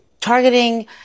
targeting